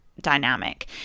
Dynamic